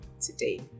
today